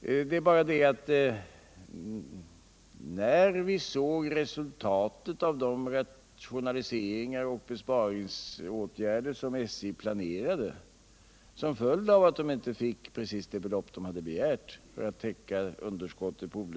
Det är bara det att när vi såg resultatet av de rationaliseringar och besparingsåtgärder som SJ planerade, som en följd av att man inte fick precis det belopp man begärt för att täcka underskottet på